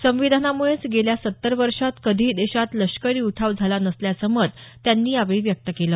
संविधानामुळेच गेल्या सत्तर वर्षात कधीही देशात लष्करी उठाव झाला नसल्याचं मत त्यांनी यावेळी व्यक्त केलं